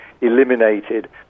eliminated